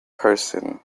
person